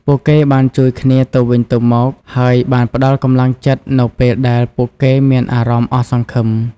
ពួកគេបានជួយគ្នាទៅវិញទៅមកហើយបានផ្តល់កម្លាំងចិត្តនៅពេលដែលពួកគេមានអារម្មណ៍អស់សង្ឃឹម។